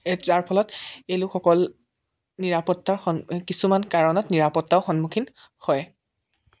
যাৰ ফলত এই লোকসকল নিৰাপত্তাৰ সন কিছুমান কাৰণত নিৰাপত্তাও সন্মুখীন হয়